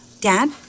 Dad